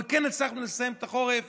אבל כן הצלחנו לסיים את החורף